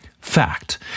Fact